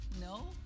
no